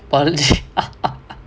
பதிஞ்சி:pathinji